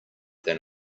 than